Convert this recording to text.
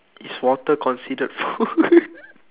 is water considered food